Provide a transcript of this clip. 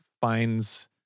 finds